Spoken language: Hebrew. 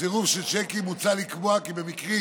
סירוב של צ'קים מוצע לקבוע כי במקרים